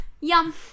yum